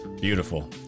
Beautiful